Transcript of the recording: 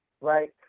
right